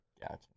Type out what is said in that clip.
Gotcha